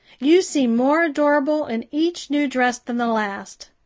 you seem more adorable in each new dress than the last.